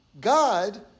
God